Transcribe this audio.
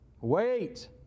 wait